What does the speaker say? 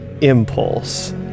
impulse